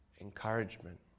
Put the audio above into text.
encouragement